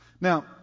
Now